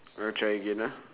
I'll try again ah